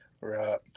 Right